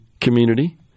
community